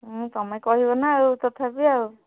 ତୁମେ କହିବ ନା ଆଉ ତଥାପି ଆଉ